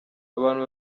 abantu